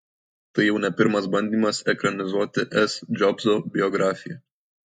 tai jau ne pirmas bandymas ekranizuoti s džobso biografiją